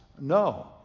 No